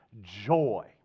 joy